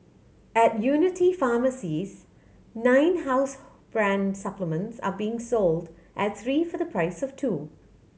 at Unity pharmacies nine house brand supplements are being sold at three for the price of two